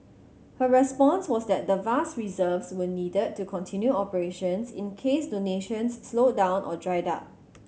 her response was that the vast reserves were needed to continue operations in case donations slowed down or dried up